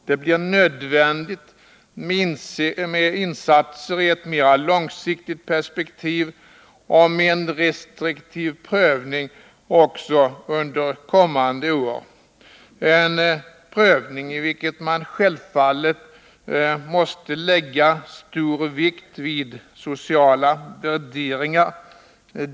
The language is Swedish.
Det blir nödvändigt med insatser i ett mera långsiktigt perspektiv och med en restriktiv prövning också under kommande år. I en sådan prövning måste man självfallet lägga stor vikt vid sociala värderingar.